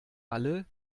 alle